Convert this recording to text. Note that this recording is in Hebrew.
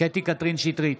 קטי קטרין שטרית,